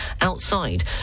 outside